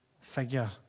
figure